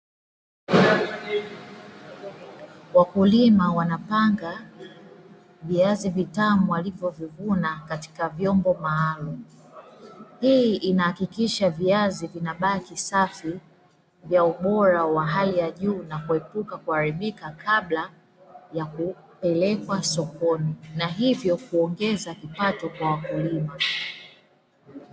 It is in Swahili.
Wakulima wanapanga viazi vitamu walivyo vivuna katika vyombo maalumu. Hii inahakikisha viazi vinabaki safi na ubora wa hali ya juu na kuepuka kuharibika kabla ya kupelekwa sokoni na hivyo kuongeza kipato kwa wakulima.